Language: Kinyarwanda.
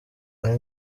ari